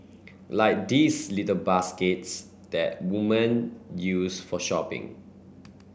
like these little baskets that women used for shopping